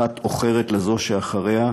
אחת עוכרת לזו שאחריה,